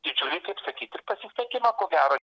didžiulį kaip sakyt ir pasisekimą ko gero